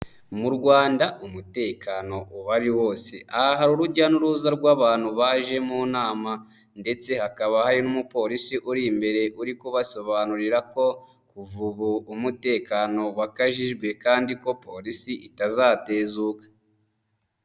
Mu rwanda umutekanohari ari wose, aha hari urujya n'uruza rw'abantu baje mu nama, ndetse hakaba hari n'umupolisi uri imbere uri kubasobanurira ko kuva ubu umutekano wakajijwe, kandi ko polisi itazatezuka.